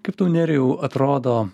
kaip tau nerijau atrodo